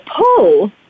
pull